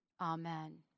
amen